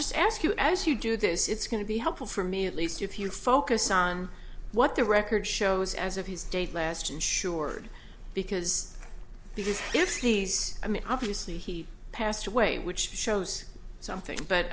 just ask you as you do this it's going to be helpful for me at least if you focus on what the record shows as of his date last insured because because if he's i mean obviously he passed away which shows something